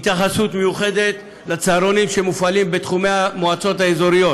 התייחסות מיוחדת לצהרונים שמופעלים בתחומי המועצות האזוריות,